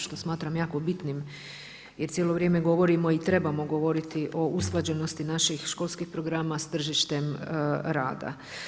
Što smatram vrlo bitnim, jer cijelo vrijeme govorimo i trebamo govoriti o usklađenost naših školskih programa s tržištem rada.